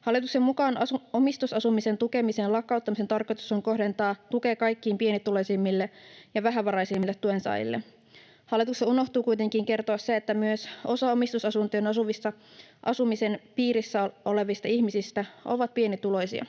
Hallituksen mukaan omistusasumisen tukemisen lakkauttamisen tarkoitus on kohdentaa tukea kaikkein pienituloisimmille ja vähävaraisimmille tuensaajille. Hallitukselta unohtuu kuitenkin kertoa se, että myös osa omistusasumisen piirissä olevista ihmisistä on pienituloisia.